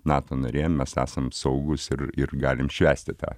nato narėm mes esam saugūs ir ir galim švęsti tą